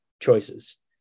choices